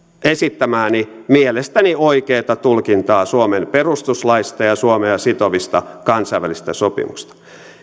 esittämääni mielestäni oikeaa tulkintaa suomen perustuslaista ja suomea sitovista kansainvälisistä sopimuksista